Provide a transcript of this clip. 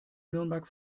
nürnberg